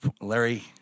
Larry